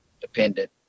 dependent